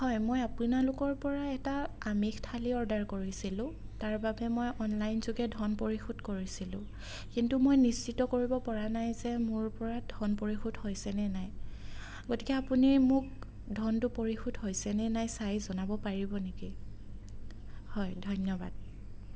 হয় মই আপোনালোকৰ পৰা এটা আমিষ থালি অৰ্ডাৰ কৰিছিলোঁ তাৰ বাবে মই অনলাইন যোগে ধন পৰিশোধ কৰিছিলোঁ কিন্তু মই নিশ্চিত কৰিব পৰা নাই যে মোৰ পৰা ধন পৰিশোধ হৈছেনে নাই গতিকে আপুনি মোক ধনটো পৰিশোধ হৈছেনে নাই চাই জনাব পাৰিব নেকি হয় ধন্যবাদ